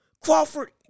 Crawford